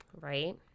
right